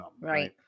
right